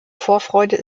vorfreude